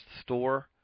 store